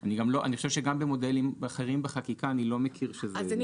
אני חושב שזה גם יקשה וגם עלול להכניס שיקולים